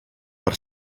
per